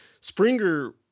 Springer